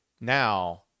now